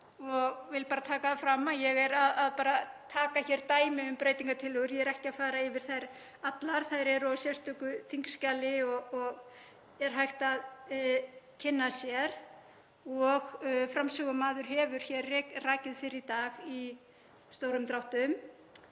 og vil taka það fram að ég er bara að taka dæmi um breytingartillögur en er ekki að fara yfir þær allar, þær eru á sérstöku þingskjali og er hægt að kynna sér og framsögumaður hefur rakið þær hér fyrr í dag í stórum dráttum